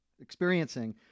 experiencing